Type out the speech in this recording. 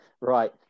right